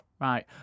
right